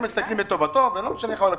הם מסתכלים לטובתו, ולא משנה איך ללקוח.